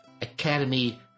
Academy